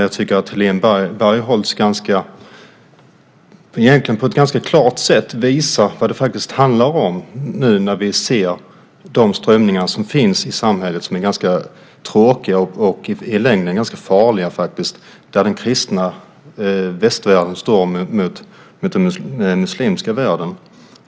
Jag tycker att Helena Bargholtz på ett ganska klart sätt visar vad det faktiskt handlar om. Vi ser att det finns både tråkiga och i längden farliga strömningar i samhället, där den kristna västvärlden står mot den muslimska världen.